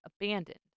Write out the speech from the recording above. abandoned